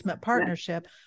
partnership